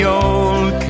old